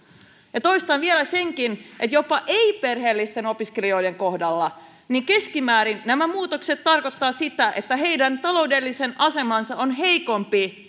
toistan vielä senkin että jopa ei perheellisten opiskelijoiden kohdalla keskimäärin nämä muutokset tarkoittavat sitä että heidän taloudellinen asemansa on heikompi